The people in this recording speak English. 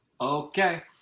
Okay